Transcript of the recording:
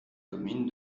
commune